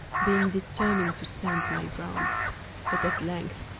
being determined to stand my ground but at length,